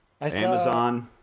Amazon